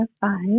five